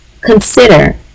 consider